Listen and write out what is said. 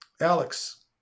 Alex